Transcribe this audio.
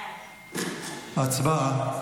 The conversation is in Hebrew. הצבעה.